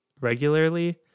regularly